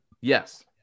Yes